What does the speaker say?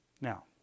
Now